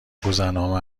گذرنامه